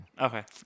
Okay